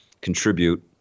contribute